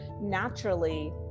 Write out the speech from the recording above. naturally